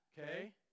okay